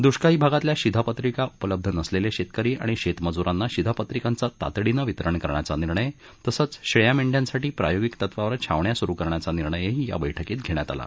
दुष्काळी भागातल्या शिधापत्रिका उपलब्ध नसलेले शेतकरी आणि शेतमजुरांना शिधापत्रिकांचं तातडीनं वितरण करण्याचा तसंच शेळ्या मेंद्यांसाठी प्रायोगिक तत्त्वावर छावण्या सुरू करण्याचा निर्णयही या बैठकीत घेण्यात आला